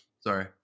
sorry